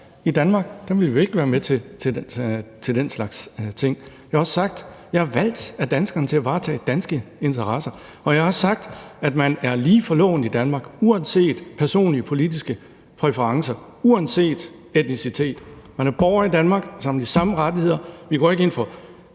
i Danmark vil vi ikke være med til den slags ting. Jeg har også sagt, at jeg er valgt af danskerne til at varetage danske interesser, og jeg har også sagt, at man er lige for loven i Danmark, uanset personlige eller politiske præferencer og uanset etnicitet. Er man borger i Danmark, har man de samme rettigheder. Vi går ikke ind for